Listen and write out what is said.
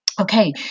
Okay